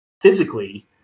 physically